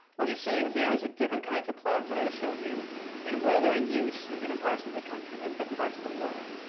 what you're seeing here is different kinds of plugs that i showed you and where they're in use in different parts of the country, in um different parts of the world.